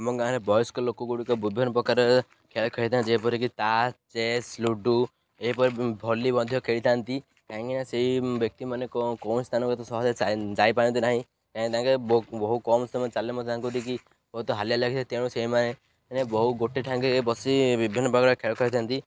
ଆମ ଗାଁରେ ବୟସ୍କ ଲୋକ ଗୁଡ଼ିକ ବିଭିନ୍ନ ପ୍ରକାର ଖେଳ ଖେଳିଥାନ୍ତି ଯେପରିକି ତାସ୍ ଚେସ୍ ଲୁଡ଼ୁ ଏହିପରି ଭଲି ମଧ୍ୟ ଖେଳିଥାନ୍ତି କାହିଁକିନା ସେଇ ବ୍ୟକ୍ତିମାନେ କୌଣସି ସ୍ଥାନରେ ତ ସହଜରେ ଯାଇପାରନ୍ତି ନାହିଁ କାହିଁକି ତାଙ୍କେ ବହୁ କମ୍ ସମୟ ଚାଲିଲେ ମଧ୍ୟ ତାଙ୍କୁ ଟିକି ବହୁତ ହାଲିଆ ଲାଗିଥାଏ ତେଣୁ ସେଇମାନେ ବହୁ ଗୋଟେ ଠାଙ୍ଗରେ ବସି ବିଭିନ୍ନ ପ୍ରକାର ଖେଳ ଖେଳିଥାନ୍ତି